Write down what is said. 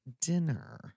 dinner